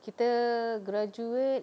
kita graduate